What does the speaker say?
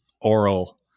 oral